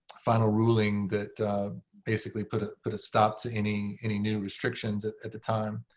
final ruling that basically put ah put a stop to any any new restrictions at the time.